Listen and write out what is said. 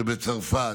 שבצרפת,